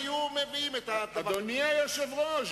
כבוד השר המקשר,